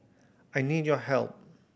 I need your help